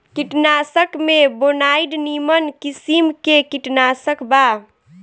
कीटनाशक में बोनाइड निमन किसिम के कीटनाशक बा